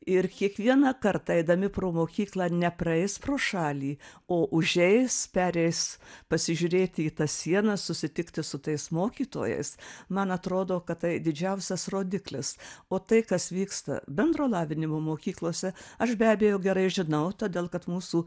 ir kiekvieną kartą eidami pro mokyklą nepraeis pro šalį o užeis pereis pasižiūrėti į tas sienas susitikti su tais mokytojas man atrodo kad tai didžiausias rodiklis o tai kas vyksta bendro lavinimo mokyklose aš be abejo gerai žinau todėl kad mūsų